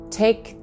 take